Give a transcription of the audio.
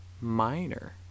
minor